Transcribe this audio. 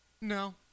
No